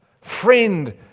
Friend